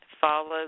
Follow